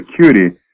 security